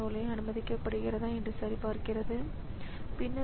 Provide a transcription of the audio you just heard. எனவே இந்த ஸிபியு கணினியைப் பார்க்கும்போது